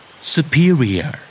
Superior